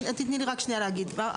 הוא יכול לתת גם לאותו עוזר רופא שתי